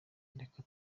reka